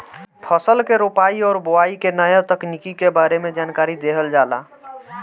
फसल के रोपाई और बोआई के नया तकनीकी के बारे में जानकारी देहल जाला